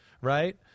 Right